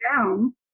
down